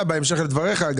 בהמשך לדבריך,